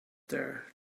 there